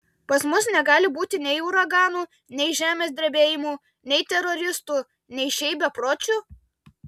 pas mus negali būti nei uraganų nei žemės drebėjimų nei teroristų nei šiaip bepročių